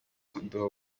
aduha